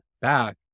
back